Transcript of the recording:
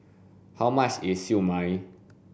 how much is siew mai